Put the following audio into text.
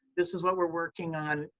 this is what we're working on.